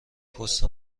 پست